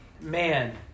Man